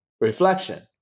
reflection